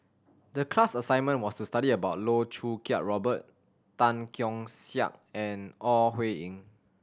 the class assignment was to study about Loh Choo Kiat Robert Tan Keong Saik and Ore Huiying